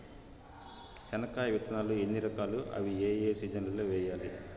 చెనక్కాయ విత్తనాలు ఎన్ని రకాలు? అవి ఏ ఏ సీజన్లలో వేయాలి?